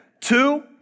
Two